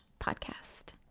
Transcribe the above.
podcast